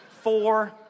four